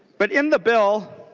but in the bill